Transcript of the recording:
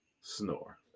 snore